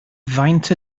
faint